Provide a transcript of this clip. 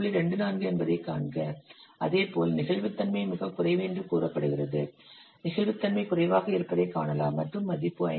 24 என்பதைக் காண்க அதேபோல் நெகிழ்வுத்தன்மை மிகக் குறைவு என்று கூறப்படுகிறது நெகிழ்வுத்தன்மை குறைவாக இருப்பதை காணலாம் மற்றும் மதிப்பு 5